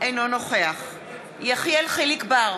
אינו נוכח יחיאל חיליק בר,